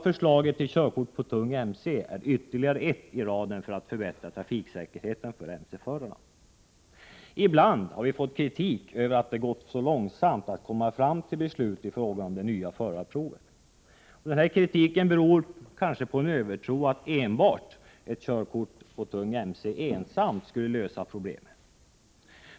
Förslaget om körkort för tung mc innebär ytterligare en åtgärd i raden för att förbättra trafiksäkerheten för mc-förarna. Ibland har vi fått kritik för att det gått så långsamt att komma fram till beslut i fråga om det nya förarprovet. Den kritiken beror kanske på en övertro — att ett körkort för tung me ensamt skulle lösa problemen.